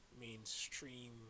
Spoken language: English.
mainstream